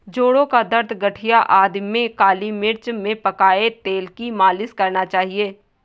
जोड़ों का दर्द, गठिया आदि में काली मिर्च में पकाए तेल की मालिश करना चाहिए